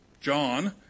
John